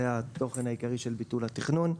זה התוכן העיקרי של ביטול התכנון.